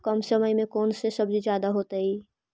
कम समय में कौन से सब्जी ज्यादा होतेई?